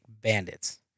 bandits